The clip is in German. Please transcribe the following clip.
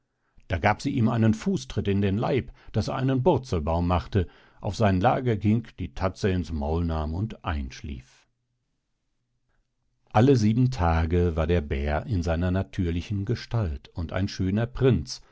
da gab sie ihm einen fußtritt in den leib daß er einen burzelbaum machte auf sein lager ging die tatze ins maul nahm und einschlief alle sieben tage war der bär in seiner natürlichen gestalt und ein schöner prinz